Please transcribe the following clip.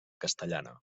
castellana